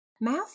Mouth